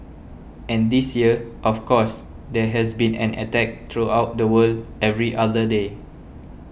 and this year of course there has been an attack throughout the world every other day